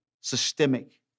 systemic